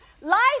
Life